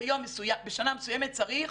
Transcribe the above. בשנה מסוימת צריך,